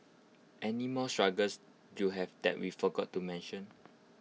any more struggles you have that we forgot to mention